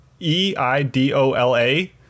E-I-D-O-L-A